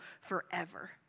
forever